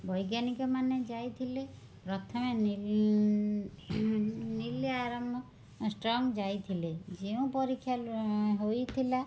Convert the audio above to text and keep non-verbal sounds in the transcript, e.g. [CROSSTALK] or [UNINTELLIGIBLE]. ବୈଜ୍ଞାନିକ ମାନେ ଯାଇଥିଲେ ପ୍ରଥମେ [UNINTELLIGIBLE] ଯାଇଥିଲେ ଯେଉଁ ପରୀକ୍ଷା ହୋଇଥିଲା